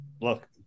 look